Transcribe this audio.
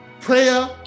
prayer